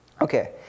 Okay